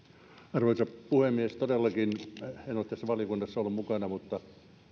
arvoisa puhemies todellakin en ole tässä valiokunnassa ollut mukana mutta